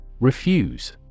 Refuse